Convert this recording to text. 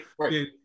Right